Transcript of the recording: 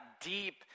deep